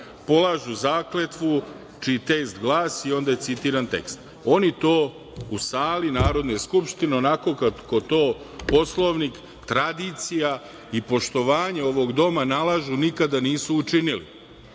polažu zakletvu čiji tekst glasi, onda je citiran tekst. Oni to u sali Narodne skupštine onako kako to Poslovnik, tradicija i poštovanje ovog doma nalažu nikada nisu učinili. Šta